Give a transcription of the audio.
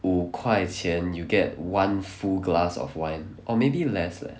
五块钱 you get one full glass of wine or maybe less leh